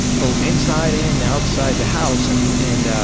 both inside and outside the house and and,